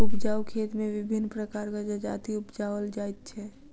उपजाउ खेत मे विभिन्न प्रकारक जजाति उपजाओल जाइत छै